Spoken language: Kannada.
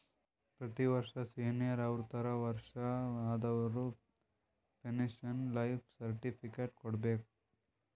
ಪ್ರತಿ ವರ್ಷ ಸೀನಿಯರ್ ಅರ್ವತ್ ವರ್ಷಾ ಆದವರು ಪೆನ್ಶನ್ ಲೈಫ್ ಸರ್ಟಿಫಿಕೇಟ್ ಕೊಡ್ಬೇಕ